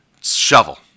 shovel